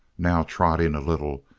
now trotting a little,